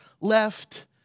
left